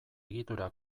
egitura